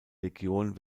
legion